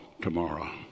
tomorrow